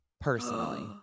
personally